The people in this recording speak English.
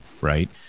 right